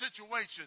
situation